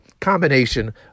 combination